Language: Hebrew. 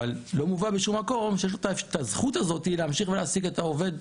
אבל לא מובן בשום מקום שיש לו את הזכות הזאת להמשיך ולהעסיק את העובד,